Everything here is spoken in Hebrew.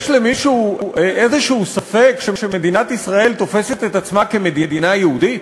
יש למישהו איזה ספק שהוא שמדינת ישראל תופסת את עצמה כמדינה יהודית?